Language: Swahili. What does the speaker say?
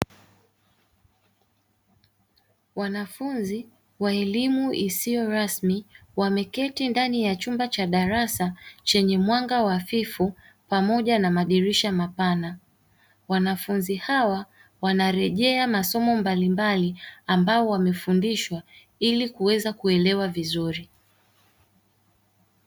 Wanafunzi wa elimu isiyo rasmi wameketi ndani ya chumba cha darasa chenye mwanga hafifu pamoja na madirisha mapana, wanafunzi hawa wanarejea masomo mbalimbali ambayo wamefundishwa ili kuweza kuelewa vizuri.